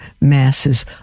masses